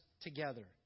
together